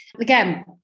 again